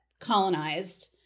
colonized